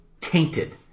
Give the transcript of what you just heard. tainted